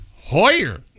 Hoyer